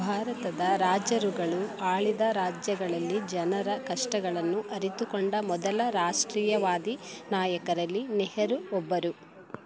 ಭಾರತದ ರಾಜರುಗಳು ಆಳಿದ ರಾಜ್ಯಗಳಲ್ಲಿ ಜನರ ಕಷ್ಟಗಳನ್ನು ಅರಿತುಕೊಂಡ ಮೊದಲ ರಾಷ್ಟ್ರೀಯವಾದಿ ನಾಯಕರಲ್ಲಿ ನೆಹರು ಒಬ್ಬರು